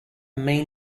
mean